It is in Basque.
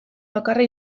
bakarra